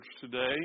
today